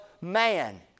man